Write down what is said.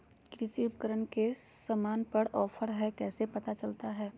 कृषि उपकरण के सामान पर का ऑफर हाय कैसे पता चलता हय?